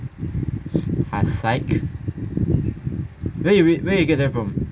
ha sike where you where you get that from